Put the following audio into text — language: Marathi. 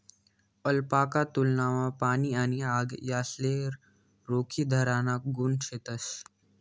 अलपाका वुलनमा पाणी आणि आग यासले रोखीधराना गुण शेतस